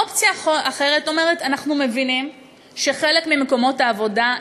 האופציה האחרת אומרת: אנחנו מבינים שחלק ממקומות העבודה,